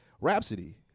Rhapsody